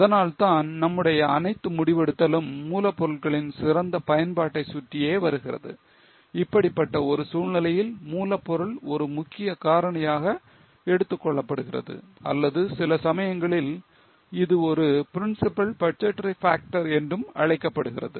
அதனால்தான் நம்முடைய அனைத்து முடிவெடுத்தலும் மூலப்பொருட்களின் சிறந்த பயன்பாட்டை சுற்றியே வருகிறது இப்படிப்பட்ட ஒரு சூழ்நிலையில் மூலப்பொருள் ஒரு முக்கிய காரணியாக எடுத்துக் கொள்ளப்படுகிறது அல்லது சில சமயங்களில் இது ஒரு principal budgetary factor என்று அழைக்கப்படுகிறது